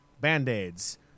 Band-Aids